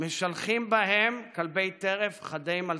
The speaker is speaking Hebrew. משלחים בהם כלבי טרף חדי-מלתעות.